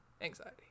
anxiety